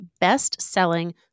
best-selling